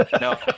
no